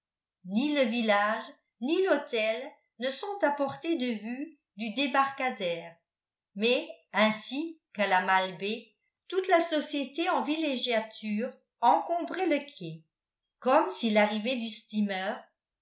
ni le village ni l'hôtel ne sont à portée de vue du débarcadère mais ainsi qu'à la malbaie toute la société en villégiature encombrait le quai comme si l'arrivée du